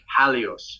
halios